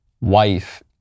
wife